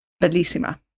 bellissima